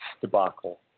debacle